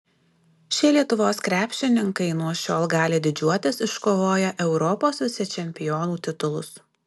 šie lietuvos krepšininkai nuo šiol gali didžiuotis iškovoję europos vicečempionų titulus